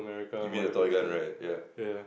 give me a toy gun right ya